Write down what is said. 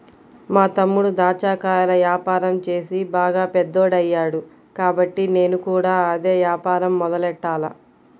మా తమ్ముడు దాచ్చా కాయల యాపారం చేసి బాగా పెద్దోడయ్యాడు కాబట్టి నేను కూడా అదే యాపారం మొదలెట్టాల